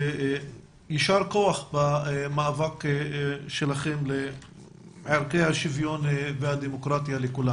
ויישר כוח במאבק שלכם על ערכי השוויון והדמוקרטיה לכולם.